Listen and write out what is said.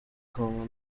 congo